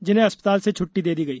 जिन्हें अस्पताल से छुट्टी दे दी गई